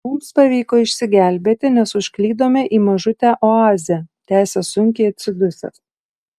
mums pavyko išsigelbėti nes užklydome į mažutę oazę tęsia sunkiai atsidusęs